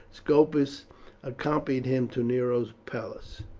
scopus accompanied him to nero's palace.